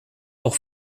auch